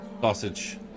sausage